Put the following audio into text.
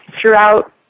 throughout